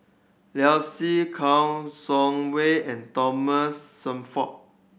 Liu Si Kouo Shang Wei and Thomas Shelford